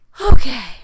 Okay